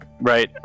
right